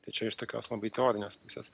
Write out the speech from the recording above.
tačiau iš tokios labai teorinės pusės